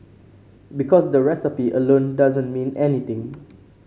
because the recipe alone doesn't mean anything